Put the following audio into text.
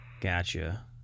Gotcha